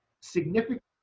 significant